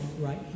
right